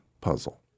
puzzle